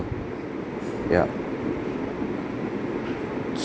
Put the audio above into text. yeah